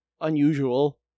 unusual